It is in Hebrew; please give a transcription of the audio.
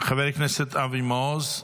חבר הכנסת אבי מעוז,